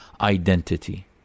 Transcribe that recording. identity